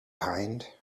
opined